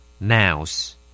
Mouse